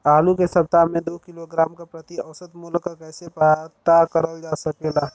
आलू के सप्ताह में दो किलोग्राम क प्रति औसत मूल्य क कैसे पता करल जा सकेला?